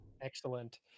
Excellent